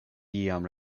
iam